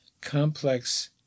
complex